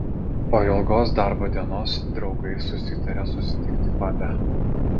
po ilgos darbo dienos draugai susitarė susitikti pabe